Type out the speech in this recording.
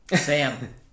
Sam